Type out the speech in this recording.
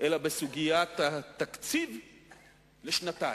אלא בסוגיית התקציב לשנתיים.